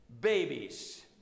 babies